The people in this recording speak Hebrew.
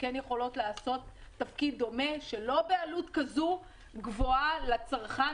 שיכולות לעשות תפקיד דומה לא בעלות כזו גבוהה לצרכן,